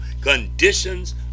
conditions